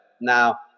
Now